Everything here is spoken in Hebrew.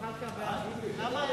רבותי, בעד,